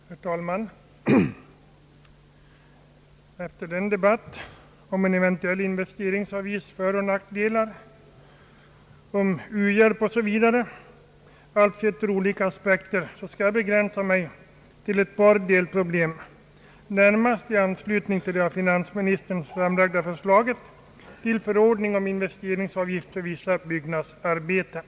Herr talman! Efter denna debatt om en eventuell investeringsavgifts föroch nackdelar, om u-hjälpen m.m., sett ur olika aspekter, skall jag begränsa mitt anförande till att beröra ett par delproblem, närmast i anslutning till det av finansministern framlagda förslaget till förordning om investeringsavgift för vissa byggnadsarbeten.